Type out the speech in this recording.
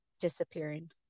disappearing